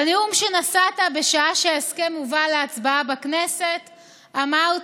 בנאום שנשאת בשעה שההסכם הובא להצבעה בכנסת אמרת: